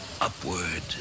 upward